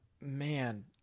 man